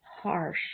harsh